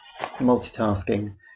multitasking